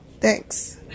thanks